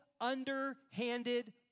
underhanded